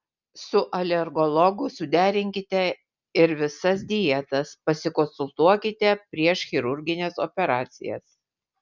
su alergologu suderinkite ir visas dietas pasikonsultuokite prieš chirurgines operacijas